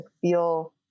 feel